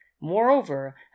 Moreover